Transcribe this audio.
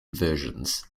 versions